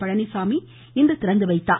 பழனிச்சாமி இன்று திறந்துவைத்தார்